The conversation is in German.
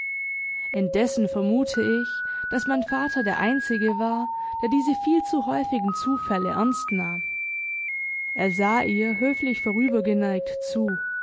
indessen vermute ich daß mein vater der einzige war der diese viel zu häufigen zufälle ernst nahm er sah ihr höflich vorübergeneigt zu